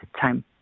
time